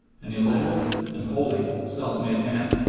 an illiterate and wholly self-made man.